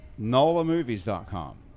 NOLAMovies.com